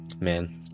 man